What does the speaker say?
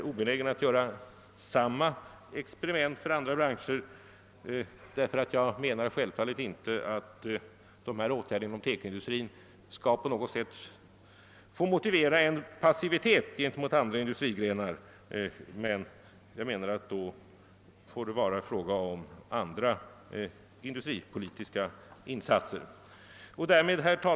Jag menar självfallet inte att dessa åtgärder inom TEKO-industrin skall få motivera en passivitet gentemot andra industrigrenar, men då får det bli fråga om andra industripolitiska insatser än de vi i dag diskuterar.